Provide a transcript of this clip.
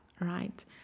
right